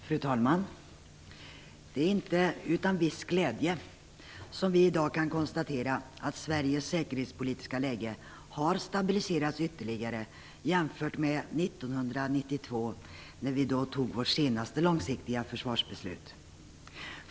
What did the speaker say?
Fru talman! Det är inte utan viss glädje som vi i dag kan konstatera att Sveriges säkerhetspolitiska läge har stabiliserats ytterligare sedan 1992 när vi fattade vårt senaste långsiktiga försvarsbeslut.